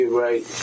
right